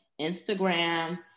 Instagram